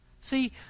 See